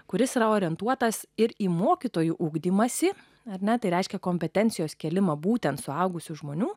kuris yra orientuotas ir į mokytojų ugdymąsi ar ne tai reiškia kompetencijos kėlimą būtent suaugusių žmonių